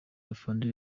afande